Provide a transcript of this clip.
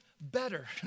better